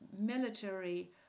military